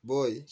Boy